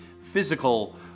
physical